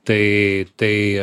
tai tai